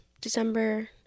December